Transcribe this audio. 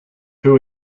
who